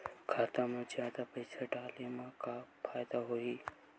खाता मा जादा पईसा डाले मा का फ़ायदा होही?